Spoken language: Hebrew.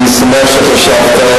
אני שמח שחשבת.